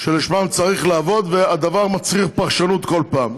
שלשמן צריך לעבוד, והדבר מצריך פרשנות כל פעם.